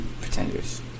Pretenders